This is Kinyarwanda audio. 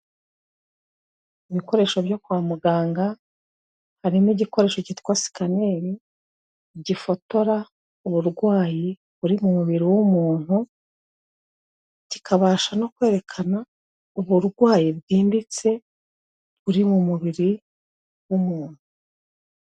Ibikoresho byo kwa muganga, harimo igikoresho cyitwa sikaneri gifotora uburwayi buri mu mubiri w'umuntu, kikabasha no kwerekana uburwayi bwimbitse buri mu mubiri w'umuntu.